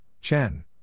Chen